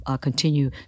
continue